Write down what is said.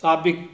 साबिक़ु